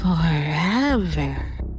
forever